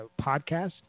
podcast